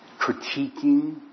critiquing